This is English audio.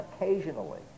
occasionally